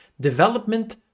Development